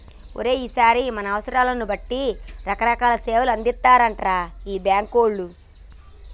ఓరి ఈరిగా మన అవసరాలను బట్టి రకరకాల సేవలు అందిత్తారటరా ఈ బాంకోళ్లు